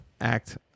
act